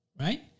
right